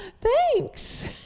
Thanks